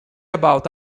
about